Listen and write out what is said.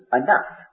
enough